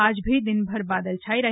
आज भी दिनभर बादल छाये रहे